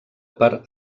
per